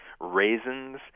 raisins